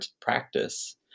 practice